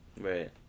Right